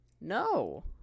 No